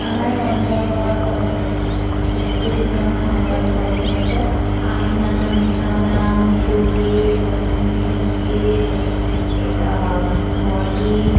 আমাৰ এই অঞ্চলৰ কিছুমান স্থানীয় লোকগীত হৈছে আইনাম দিহানাম বিহু গীত লখিমী গীত বৰগীত